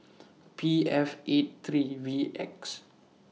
P F eight three V X